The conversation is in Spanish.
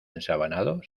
ensabanado